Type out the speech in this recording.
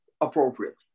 appropriately